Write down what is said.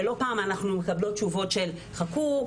לא פעם אנחנו מקבלות תשובות של - חכו,